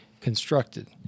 constructed